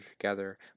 together